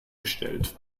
bestellt